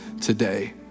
today